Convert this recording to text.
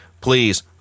please